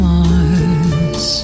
Mars